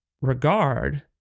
regard